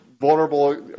vulnerable